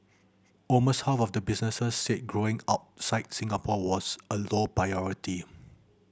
almost half the businesses said growing outside Singapore was a low priority